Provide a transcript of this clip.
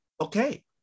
okay